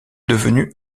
devenu